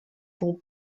full